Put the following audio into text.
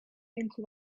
into